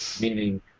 meaning